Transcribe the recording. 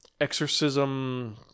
exorcism